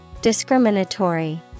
Discriminatory